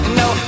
no